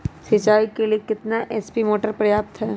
सिंचाई के लिए कितना एच.पी मोटर पर्याप्त है?